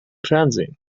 fernsehen